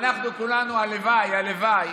הלוואי